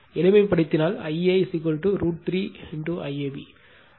எளிமைப்படுத்தினால் Ia √ 3 IAB angle 30o